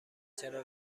چرا